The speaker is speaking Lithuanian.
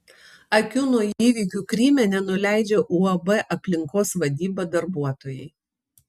akių nuo įvykių kryme nenuleidžia uab aplinkos vadyba darbuotojai